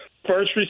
first